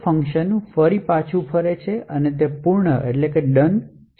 copier function પછી પાછું ફરે છે અને પૂર્ણ છપાયેલી હોય છે